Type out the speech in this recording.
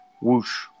whoosh